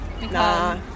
Nah